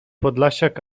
podlasiak